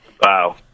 Wow